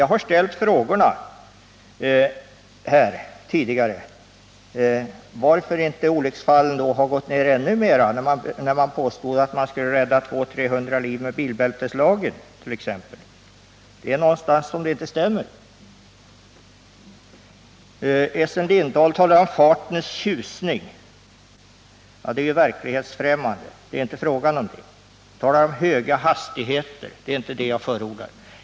Jag har tidigare här frågat, varför inte antalet olycksfall har gått ned ännu mera — man påstod ju t.ex. att man skulle rädda 200-300 liv med bilbälteslagen. Det är någonstans som det inte stämmer. Essen Lindahl talade också om fartens tjusning. Ja, det är verklighetsfrämmande, men det är inte fråga om det. Han talar om höga hastigheter, men det är inte det jag förordar.